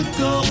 go